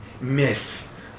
myth